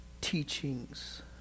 teachings